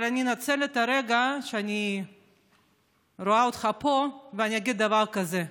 אבל אני אנצל את הרגע שאני רואה אותך פה ואני אגיד דבר כזה: